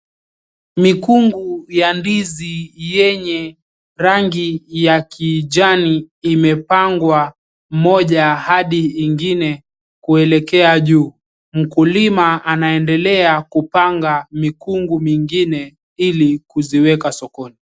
Mikungu ya ndizi yenye rangi kijani, imepangwa mmoja hadi ingine kuelekea juu. Mkulima anaendelea kupanga mikungu mingine, ili kuziweka sokoni.